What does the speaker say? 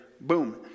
Boom